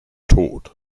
tod